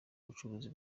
bucuruzi